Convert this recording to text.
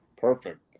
Perfect